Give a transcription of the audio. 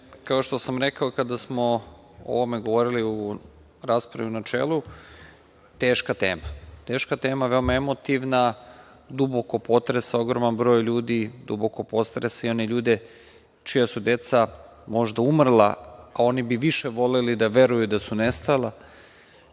kao što sama rekao kada smo o ovome govorili u raspravi u načelu, teška tema. Teška tema, veoma emotivna, duboko potresa ogroman broj ljudi, duboko potresa i one ljude čija su deca možda umrla, a oni bi više voleli da veruju da su nestala,